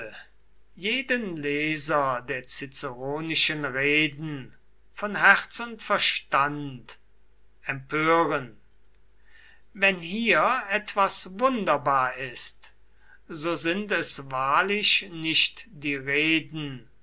jeden leser der ciceronischen reden von herz und verstand empören wenn hier etwas wunderbar ist so sind es wahrlich nicht die reden